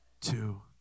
two